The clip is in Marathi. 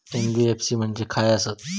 एन.बी.एफ.सी म्हणजे खाय आसत?